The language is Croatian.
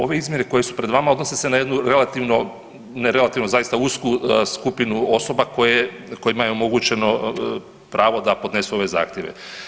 Ove izmjene koje su pred vama odnose se na jednu relativno, ne relativno zaista usku skupinu osoba kojima je omogućeno pravo da podnesu ove zahtjeve.